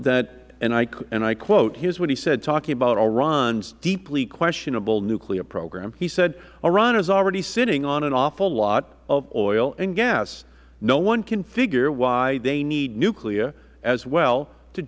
that and i quote here is what he said talking about iran's deeply questionable nuclear program he said iran is already sitting on an awful lot of oil and gas no one can figure why they need nuclear as well to